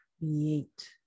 create